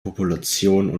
populationen